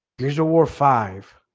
there's a war five